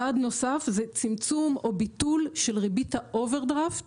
צעד נוסף זה צמצום או ביטול של ריבית האוברדראפט